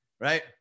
Right